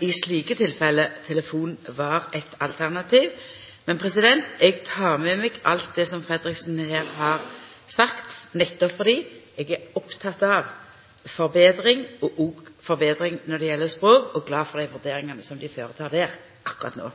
I slike tilfelle kan jo telefon vera eit alternativ. Men eg tek med meg alt Fredriksen her har sagt, nettopp fordi eg er oppteken av forbetring – òg forbetring når det gjeld språk – og er glad for dei vurderingane dei gjer der akkurat no.